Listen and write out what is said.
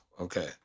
okay